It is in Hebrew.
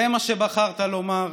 זה מה שבחרת לומר?